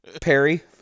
Perry